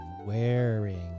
wearing